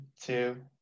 two